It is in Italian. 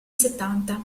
settanta